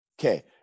Okay